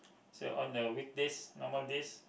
is a on the weekdays normal days